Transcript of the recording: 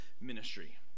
ministry